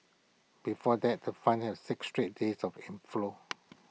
before that the fund had six straight days of inflows